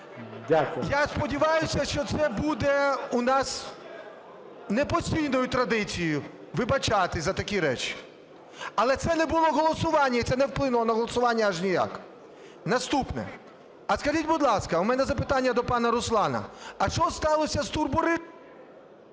Я сподіваюсь, що це буде у нас не постійною традицією – вибачатись за такі речі. Але це не було голосування і це не вплинуло на голосування аж ніяк. Наступне. А скажіть, будь ласка, у мене запитання до пана Руслана. А що сталося з …